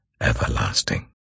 everlasting